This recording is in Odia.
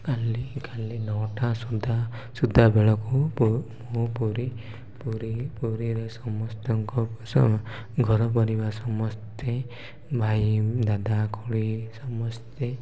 କାଲି କାଲି ନଅଟା ସୁଧା ସୁଧା ବେଳକୁ ମୁଁ ପୁରୀ ପୁରୀ ପୁରୀରେ ସମସ୍ତଙ୍କ ଘର ପରିବା ସମସ୍ତେ ଭାଇ ଦାଦା ଖୁଡ଼ି ସମସ୍ତେ